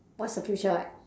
what's the future like